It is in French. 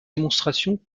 démonstrations